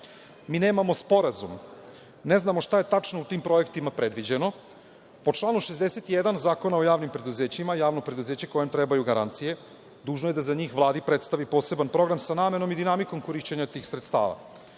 Mi nemamo sporazum. Ne znamo šta je tačno u tim projektima predviđeno. Po članu 61. Zakona o javnim preduzećima, javno preduzeće kome trebaju garancije dužno je da za njih Vladi predstavi poseban program sa namerom i dinamikom korišćenja tih sredstava.